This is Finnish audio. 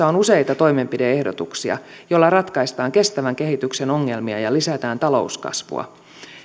on useita toimenpide ehdotuksia joilla ratkaistaan kestävän kehityksen ongelmia ja lisätään talouskasvua